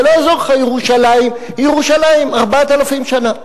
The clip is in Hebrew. זה לא יעזור לך, ירושלים היא ירושלים 4,000 שנה,